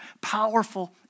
Powerful